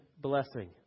blessing